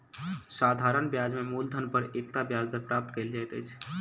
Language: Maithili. साधारण ब्याज में मूलधन पर एकता ब्याज दर प्राप्त कयल जाइत अछि